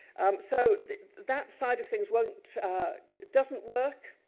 um so that that side of things won't, it doesn't work.